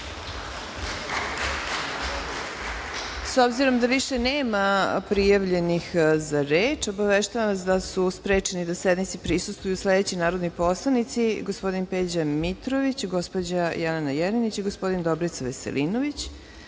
obzirom da više nema prijavljenih za reč, obaveštavam vas da su sprečeni da sednici prisustvuju sledeći narodni poslanici: gospodin Peđa Mitrović, gospođa Jelena Jerinić i gospodin Dobrica Veselinović. Nastavljamo